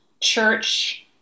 church